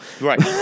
Right